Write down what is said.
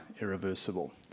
irreversible